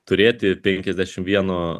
turėti penkiasdešim vieno